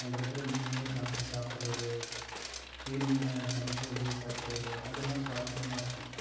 அங்கே இருக்கிற மீனையே சமைச்சி சாப்பிட்றது உயிர் மீனை சமைச்சு அப்படியே சாப்பிட்றது அதெலாம் சுவாரஸ்யமாக இருக்கும்